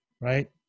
right